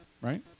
right